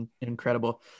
incredible